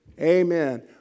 Amen